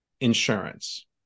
insurance